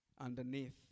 underneath